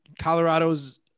Colorado's